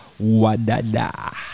Wadada